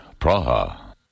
Praha